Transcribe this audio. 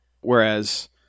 Whereas